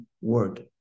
word